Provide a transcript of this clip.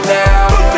now